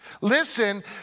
Listen